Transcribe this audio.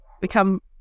become